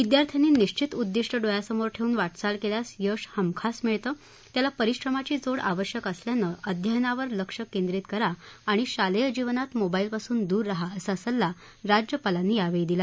विद्यार्थ्यांनी निश्रमाची उद्दिष्ट डोळ्यासमोर ठेऊन वाटचाल केल्यास यश हमखास मिळतं त्याला परिश्रमाची जोड आवश्यक असल्यानं अध्ययनावर लक्ष केंद्रित करा आणि शालेय जीवनात मोबाईलपासून दूर रहा असा सल्ला राज्यपालांनी यावेळी दिला